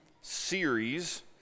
series